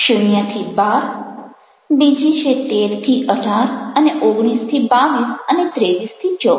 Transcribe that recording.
0 12 બીજી છે 13 18 અને 19 22 અને 23 24